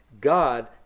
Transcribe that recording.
God